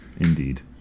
indeed